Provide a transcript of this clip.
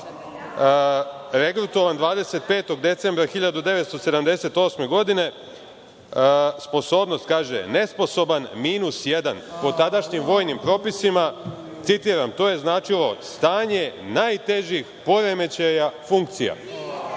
Regrutovan 25. decembra 1978. godine. Sposobnost – nesposoban, minus jedan“. Po tadašnjim vojnim propisima, citiram: „to je značilo stanje najtežih poremećaja funkcija“.